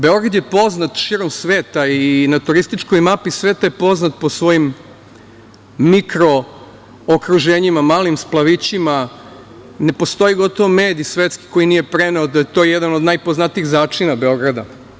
Beograd je poznat širom sveta i na turističkoj mapi je poznat po svojim mikro okruženjima, malim splavovima, ne postoji gotovo mediji svetski koji nije preneo da je to jedan od najpoznatijih začina Beograda.